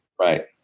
Right